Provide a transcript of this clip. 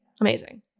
amazing